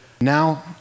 now